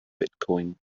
bitcoin